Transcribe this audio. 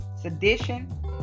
sedition